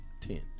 Ten